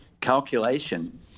calculation